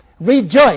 Rejoice